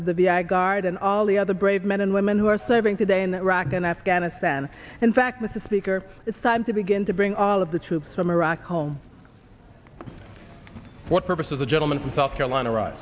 of the b i guard and all the other brave men and women who are serving today in iraq and afghanistan in fact with the speaker it's time to begin to bring all of the troops from iraq home what purpose of the gentleman from south carolina